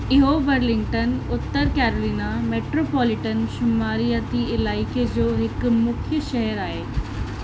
इहो बर्लिंगटन उत्तर Carolina metropolitan शुमारियाती इलाइक़े जो हिकु मुख्य शहर आहे